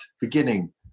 beginning